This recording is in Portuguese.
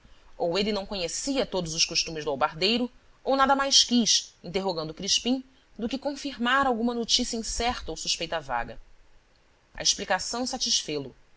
ou ele não conhecia todos os costumes do albardeiro ou nada mais quis interrogando o crispim do que confirmar alguma notícia incerta ou suspeita vaga a explicação satisfê lo mas